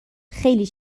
خیلی